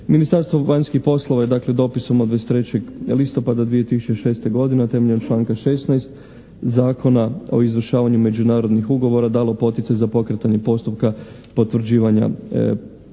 Ministarstvo vanjskih poslova je dakle od 23. listopada 2006. godine temeljem članka 16. Zakona o izvršavanju međunarodnih ugovora dalo poticaj za pokretanje postupka potvrđivanja